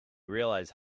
realize